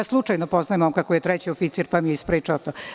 Slučajno poznajem momka koji je treći oficir, pa mi je ispričao to.